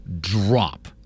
drop